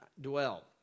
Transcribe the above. dwell